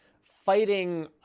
fighting